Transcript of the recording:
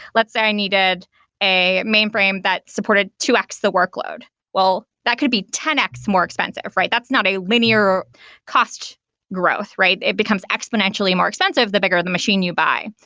let's say i needed a mainframe that supported two x the workload. well, that could be ten x more expensive, right? that's not a linear cost growth, right? it becomes exponentially more expensive the bigger the machine you buy.